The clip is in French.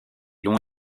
long